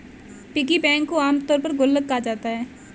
piggy bank को आमतौर पर गुल्लक कहा जाता है